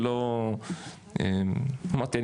אמרתי להם,